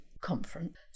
conference